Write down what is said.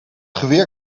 geweer